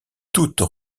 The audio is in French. toutes